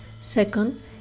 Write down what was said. second